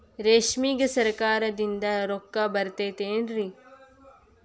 ರೇಷ್ಮೆಗೆ ಸರಕಾರದಿಂದ ರೊಕ್ಕ ಬರತೈತೇನ್ರಿ?